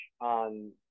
on